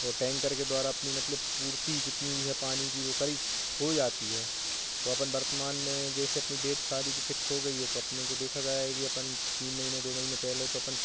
और टैंकर के द्वारा अपनी मतलब पूर्ति जितनी भी है पानी की वह क़रीब हो जाती है तो अपन वर्तमान में जैसे अपनी डेट शादी की फिक्स हो गई है तो अपने को देखा गया है कि अपन तीन महीने दो महीने पहले तो अपन